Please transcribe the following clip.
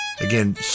Again